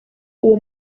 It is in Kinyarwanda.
uwo